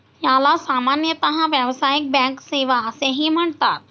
याला सामान्यतः व्यावसायिक बँक सेवा असेही म्हणतात